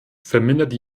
vermindert